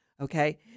okay